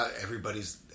everybody's